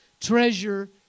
treasure